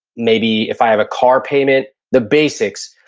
maybe if i have a car payment. the basics,